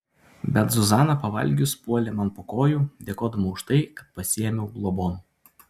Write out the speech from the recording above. bet zuzana pavalgius puolė man po kojų dėkodama už tai kad pasiėmiau globon